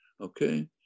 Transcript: Okay